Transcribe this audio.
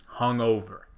hungover